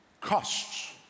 costs